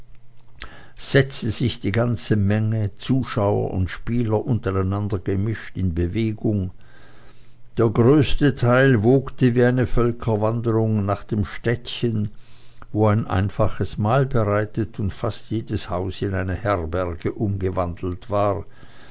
setzte sich die ganze menge zuschauer und spieler untereinandergemischt in bewegung der größte teil wogte wie eine völkerwanderung nach dem städtchen wo ein einfaches mahl bereitet und fast jedes haus in eine herberge umgewandelt war